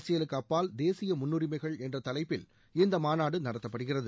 அரசியலுக்கு அப்பால் தேசிய முன்னுரிமைகள் என்ற தலைப்பில் இந்த மாநாடு நடத்தப்படுகிறது